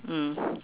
mm